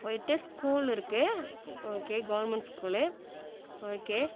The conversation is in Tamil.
போய்விட்டு ஸ்கூல் இருக்குது ஓகே கவுர்மெண்ட் ஸ்கூலு ஓகே